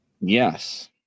Yes